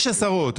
יש עשרות כאלה.